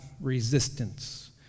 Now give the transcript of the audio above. resistance